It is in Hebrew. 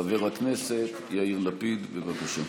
חבר הכנסת יאיר לפיד, בבקשה.